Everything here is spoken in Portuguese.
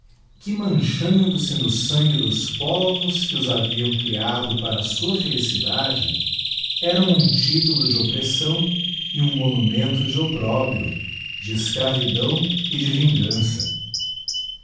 marfim que manchando se no sangue dos povos que os haviam creado para a sua felicidade eram um titulo de oppressão e um monumento de opprobrio de escravidão e de vingança